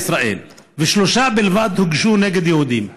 ישראל ושלושה בלבד הוגשו נגד יהודים.